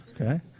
okay